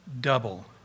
double